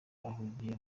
ahugiye